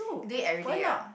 do it everyday ah